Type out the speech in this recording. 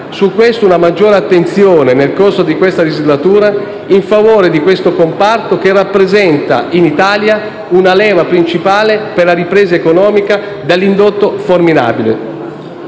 auspichiamo una maggiore attenzione nel corso della presente legislatura in favore di questo comparto che rappresenta in Italia una leva principale per la ripresa economica e che ha un indotto formidabile.